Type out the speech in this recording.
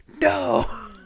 no